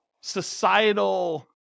societal